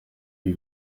ibi